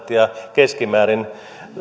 keskimäärin